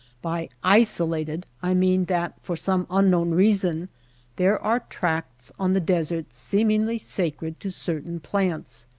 by isolated i mean that for some unknown reason there are tracts on the desert seemingly sacred to certain plants,